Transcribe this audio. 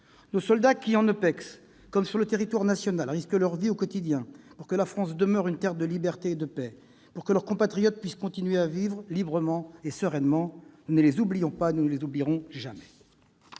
Nos soldats, en OPEX comme sur le territoire national, risquent leur vie au quotidien pour que la France demeure une terre de liberté et de paix, pour que leurs compatriotes puissent continuer à vivre librement et sereinement. Nous ne les oublions pas et nous ne les oublierons jamais.